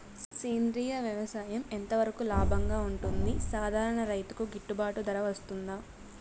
సేంద్రియ వ్యవసాయం ఎంత వరకు లాభంగా ఉంటుంది, సాధారణ రైతుకు గిట్టుబాటు ధర వస్తుందా?